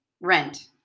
Rent